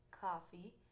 coffee